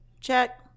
Check